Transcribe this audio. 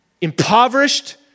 impoverished